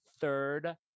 third